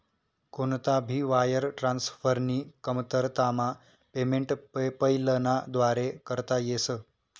कोणता भी वायर ट्रान्सफरनी कमतरतामा पेमेंट पेपैलना व्दारे करता येस